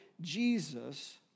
Jesus